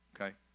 okay